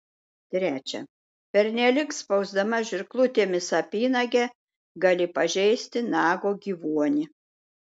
trečia pernelyg spausdama žirklutėmis apynagę gali pažeisti nago gyvuonį